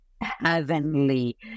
heavenly